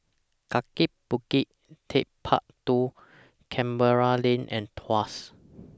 Kaki Bukit Techpark two Canberra Lane and Tuas